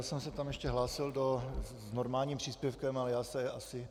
Já jsem se tam ještě hlásil s normálním příspěvkem, ale já se asi...